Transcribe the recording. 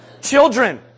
Children